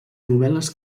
novel·les